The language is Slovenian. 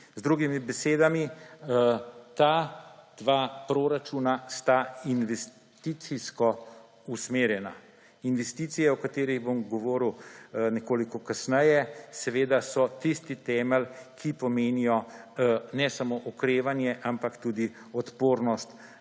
Z drugimi besedami ta dva proračuna sta investicijsko usmerjena. Investicije, o katerih bom govoril nekoliko kasneje, so tisti temelj, ki pomenijo ne samo okrevanje, ampak tudi odpornost